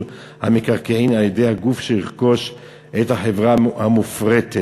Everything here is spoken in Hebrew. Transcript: המקרקעין על-ידי הגוף שירכוש את החברה המופרטת,